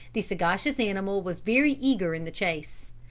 the sagacious animal was very eager in the chase.